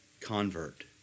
convert